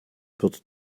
wird